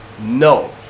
No